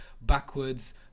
backwards